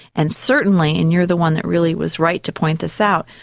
and certainly, and you are the one that really was right to point this out,